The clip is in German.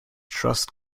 trust